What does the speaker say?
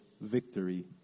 victory